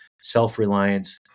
self-reliance